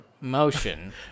motion